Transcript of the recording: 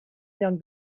lloc